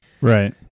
Right